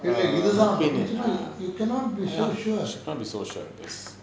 இல்ல இதுதான் அப்படின்னு சொன்னா:illa ithuthaan appadinnu sonna you cannot be so sure